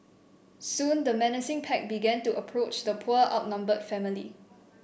soon the menacing pack began to approach the poor outnumbered family